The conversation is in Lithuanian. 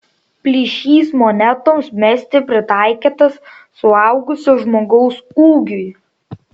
plyšys monetoms mesti pritaikytas suaugusio žmogaus ūgiui